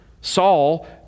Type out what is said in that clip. Saul